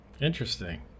Interesting